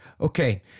Okay